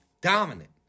Dominant